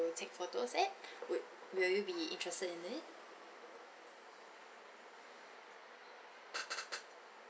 take photos at would will you be interested in it